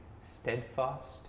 steadfast